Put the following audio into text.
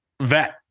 vet